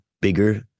Bigger